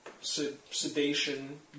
sedation